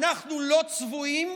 אנחנו לא צבועים.